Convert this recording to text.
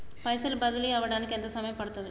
పైసలు బదిలీ అవడానికి ఎంత సమయం పడుతది?